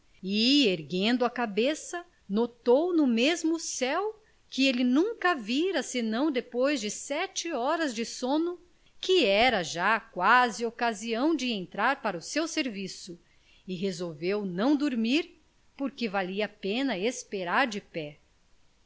erguendo a cabeça notou no mesmo céu que ele nunca vira senão depois de sete horas de sono que era já quase ocasião de entrar para o seu serviço e resolveu não dormir porque valia a pena esperar de pé